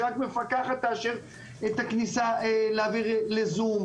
שרק מפקחת תאשר את הכניסה לזום,